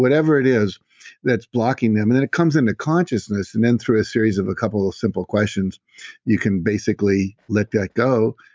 it is that's blocking them, and it it comes into consciousness and then through a series of a couple of simple questions you can basically let that go,